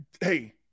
hey